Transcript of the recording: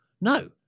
no